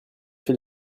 fait